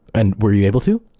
and were you able to?